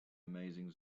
amazing